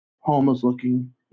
homeless-looking